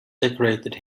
decorated